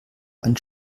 ein